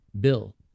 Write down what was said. bill